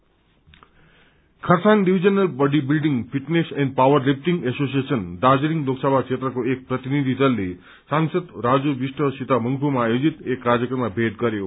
body building Kurseong divisional body building fitness and power lifting association Darjeeling Lok Sabha क्षेत्रको एक प्रतिनिधि दलले सांसद राजु विष्टसित मंग्पूमा आयोजित एक कार्यक्रममा भेट गरयो